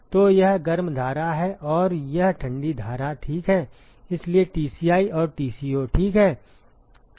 तो यह गर्म धारा है और यह ठंडी धारा ठीक है इसलिए Tci और Tco ठीक है